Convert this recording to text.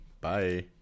Bye